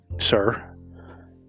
sir